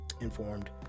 informed